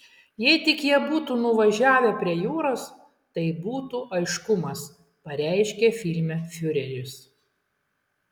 jei tik jie būtų nuvažiavę prie jūros tai būtų aiškumas pareiškia filme fiureris